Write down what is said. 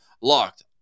locked